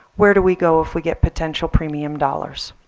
where do we go if we get potential premium dollars?